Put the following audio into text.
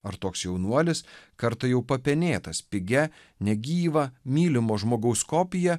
ar toks jaunuolis kartą jau papenėtas pigia negyva mylimo žmogaus kopija